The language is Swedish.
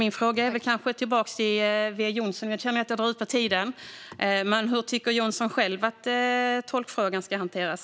Min fråga tillbaka till Anders W Jonsson är hur han själv tycker att tolkfrågan ska hanteras.